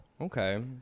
Okay